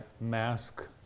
mask